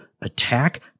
attack